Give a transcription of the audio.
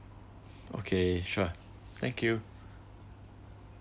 okay sure thank you